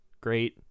great